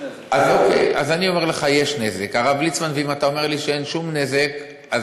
אין שום נזק.